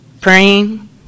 praying